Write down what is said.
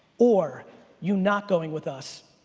or you not going with us,